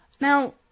Now